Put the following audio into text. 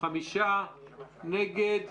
מי נגד?